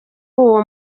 uwo